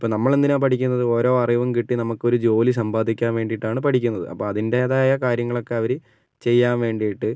ഇപ്പോൾ നമ്മളെന്തിനാ പഠിക്കുന്നത് ഓരോ അറിവും കിട്ടി നമുക്കൊരു ജോലി സമ്പാദിക്കാൻ വേണ്ടിയിട്ടാണ് പഠിക്കുന്നത് അപ്പോൾ അതിൻ്റേതായ കാര്യങ്ങളൊക്കെ അവർ ചെയ്യാൻ വേണ്ടിയിട്ട്